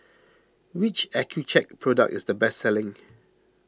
which Accucheck product is the best selling